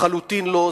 לחלוטין לא,